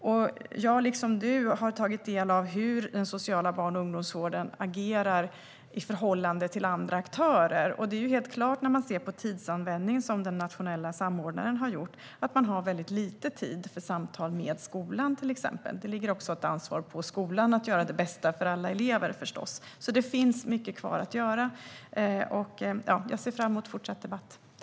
Jag har liksom Maria Stockhaus tagit del av hur den sociala barn och ungdomsvården agerar i förhållande till andra aktörer. Det är helt klart när man ser på den tidsanvändning som den nationella samordnaren har sammanställt att det finns väldigt lite tid för till exempel samtal med skolan. Det ligger förstås också ett ansvar på skolan att göra det bästa för alla elever. Det finns mycket kvar att göra, och jag ser fram mot fortsatt debatt.